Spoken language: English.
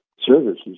services